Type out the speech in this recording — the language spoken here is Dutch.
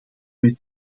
met